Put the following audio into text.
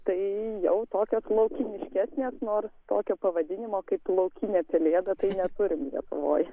tai jau tokios laukiniškesnės nors tokio pavadinimo kaip laukinė pelėda tai neturim lietuvoj